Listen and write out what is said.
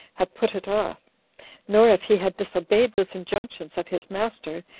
have put it off nor if he had disobeyed those injunctions of his master,